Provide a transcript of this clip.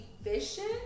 efficient